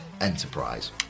Enterprise